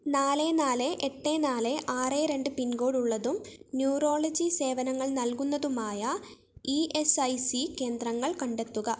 നാല് നാല് എട്ട് നാല് ആറ് രണ്ട് പിൻകോഡ് ഉള്ളതും ന്യൂറോളജി സേവനങ്ങൾ നൽകുന്നതുമായ ഇ എസ് ഐ സി കേന്ദ്രങ്ങൾ കണ്ടെത്തുക